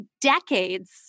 decades